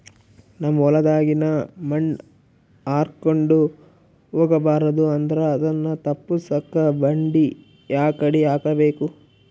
ನಮ್ ಹೊಲದಾಗಿನ ಮಣ್ ಹಾರ್ಕೊಂಡು ಹೋಗಬಾರದು ಅಂದ್ರ ಅದನ್ನ ತಪ್ಪುಸಕ್ಕ ಬಂಡಿ ಯಾಕಡಿ ಹಾಕಬೇಕು?